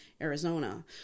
Arizona